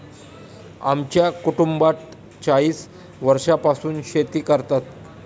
आमच्या कुटुंबात चाळीस वर्षांपासून शेती करतात